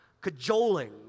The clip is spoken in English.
cajoling